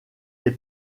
les